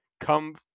come